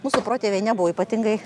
mūsų protėviai nebuvo ypatingai